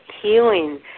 healing